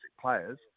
players